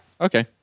Okay